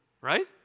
right